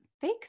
fake